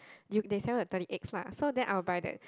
you they sell at thirty eight lah so then I will buy that